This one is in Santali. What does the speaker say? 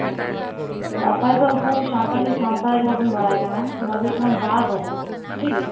ᱟᱪᱪᱷᱟ ᱫᱟᱥᱟᱸᱭ ᱫᱚ ᱟᱵᱳ ᱥᱟᱱᱛᱟᱲ ᱥᱟᱶᱛᱟ ᱨᱮ ᱡᱟᱦᱟᱸ ᱵᱚᱱ ᱵᱟᱲᱟᱭᱠᱟᱱᱟ ᱚᱱᱟᱫᱚ ᱦᱩᱭᱩᱜ ᱠᱟᱱᱟ ᱵᱟᱨ ᱨᱚᱠᱚᱢᱟ ᱴᱷᱤᱠᱜᱮᱭᱟ